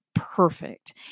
Perfect